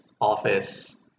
office